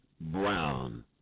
Brown